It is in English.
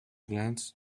glance